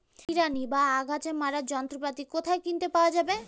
নিড়ানি বা আগাছা মারার যন্ত্রপাতি কোথায় কিনতে পাওয়া যাবে?